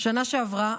בשנה שעברה,